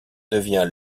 devient